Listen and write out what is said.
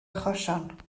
achosion